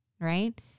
right